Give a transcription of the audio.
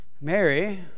Mary